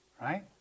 Right